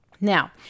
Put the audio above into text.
Now